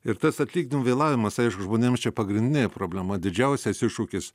ir tas atlyginimų vėlavimas aišku žmonėms čia pagrindinė problema didžiausias iššūkis